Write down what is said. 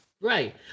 Right